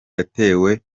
yatewe